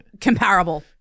comparable